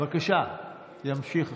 בבקשה, ימשיך.